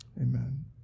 Amen